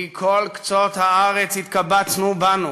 מכל קצות הארץ התקבצנו ובאנו,